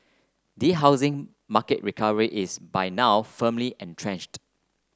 the housing market recovery is by now firmly entrenched